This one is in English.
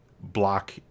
block